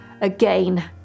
again